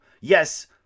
Yes